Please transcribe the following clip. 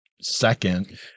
second